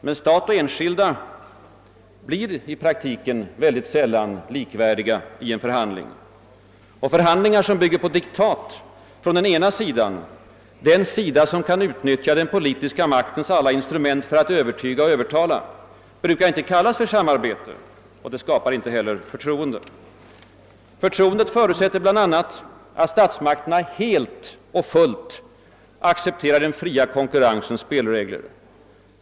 Men stat och enskilda blir i praktiken mycket sällan likvärdiga i en förhandling. Förhandlingar som bygger på diktat från den ena sidan — den sida som kan utnyttja den politiska maktens alla instrument för att övertyga och övertala — brukar inte kallas samarbete och skapar inte heller förtroende. Förtroendet förutsätter bl.a. att statsmakterna helt och fullt accepterar den fria konkurrensens spelregler.